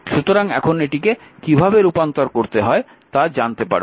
সুতরাং এখন এটিকে কীভাবে রূপান্তর করতে হয় তা জানতে পারবেন